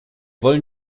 wollen